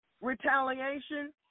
retaliation